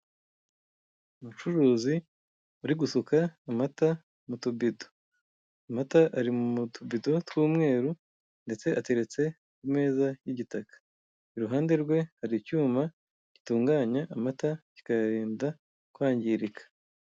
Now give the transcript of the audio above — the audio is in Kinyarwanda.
Umucuruzi uri gusuka amata mu tubido, amata ari mu tubido tw'umweru ndetse ateretse ku meza y'igitaka, iruhande rwe hari icyuma gitunganya amata kikayarinda kwangirika.